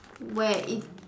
where it